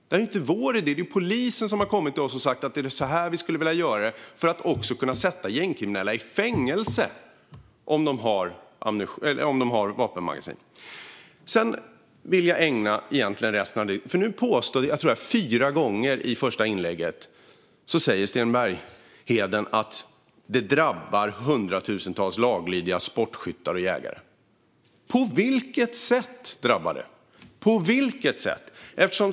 Detta är inte vår idé, utan det är polisen som har sagt att de skulle vilja göra så här för att också kunna sätta gängkriminella i fängelse om de har vapenmagasin. Nu påstår Sten Bergheden - jag tror att han sa det fyra gånger under sitt inlägg - att detta drabbar hundratusentals laglydiga sportskyttar och jägare. På vilket sätt drabbar det dem?